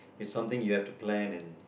it's something you have to plan and